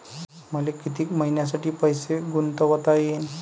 मले कितीक मईन्यासाठी पैसे गुंतवता येईन?